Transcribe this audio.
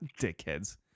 Dickheads